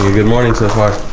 good good morning so far?